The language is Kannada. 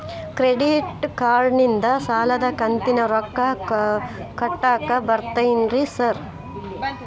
ಕ್ರೆಡಿಟ್ ಕಾರ್ಡನಿಂದ ಸಾಲದ ಕಂತಿನ ರೊಕ್ಕಾ ಕಟ್ಟಾಕ್ ಬರ್ತಾದೇನ್ರಿ ಸಾರ್?